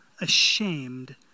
ashamed